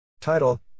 Title